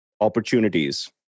opportunities